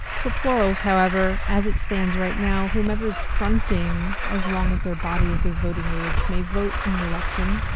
for plurals, however, as it stands right now, whomever is fronting, as long as their body is a voting age, may vote in an election,